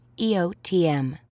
EOTM